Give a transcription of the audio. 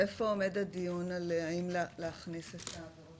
איפה עומד הדיון האם להכניס את העבירות